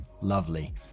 lovely